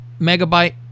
megabyte